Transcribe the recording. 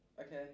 Okay